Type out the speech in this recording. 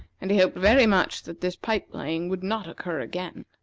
and he hoped very much that this pipe-playing would not occur again.